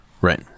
Right